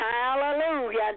Hallelujah